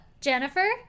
Jennifer